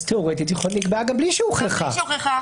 תיאורטית נקבעה גם בלי שהוכחה.